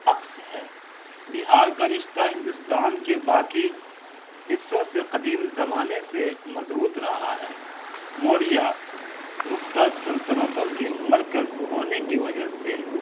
عکس ہے بہار کا رشتہ ہندوستان کے باقی حصوں سے قدیم زمانے سے مضبوط رہا ہے موریہ گپتا سلطنتوں کے مرکز ہونے کی وجہ سے